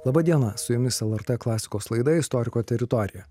laba diena su jumis lrt klasikos laida istoriko teritorija